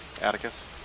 Atticus